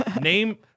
Name